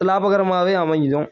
லாபகரமாகவே அமைஞ்சிடும்